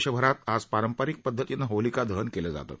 देशभरात आज पारंपारिक पद्धतीनं होलिका दहन केलं जातं